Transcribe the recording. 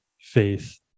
faith